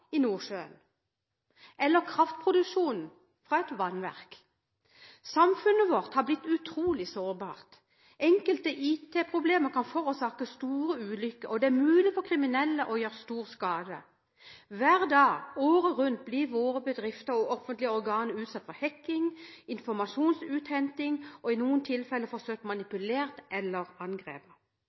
i Nordsjøen eller kraftproduksjonen fra et vannverk. Samfunnet vårt har blitt utrolig sårbart. Enkle IT-problemer kan forårske store ulykker, og det er mulig for kriminelle å gjøre stor skade. Hver dag året rundt blir våre bedrifter og offentlige organer utsatt for hacking og informasjonsuthenting og i noen tilfeller forsøkt manipulert eller angrepet.